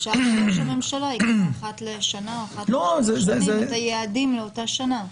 אפשר שראש הממשלה יקבע אחת לשנה או אחת לשלוש שנים את היעדים לאותה שנה.